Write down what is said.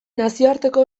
nazioarteko